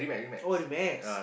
oh Remax